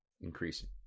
increasing